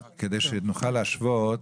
כדי שנוכל להשוות,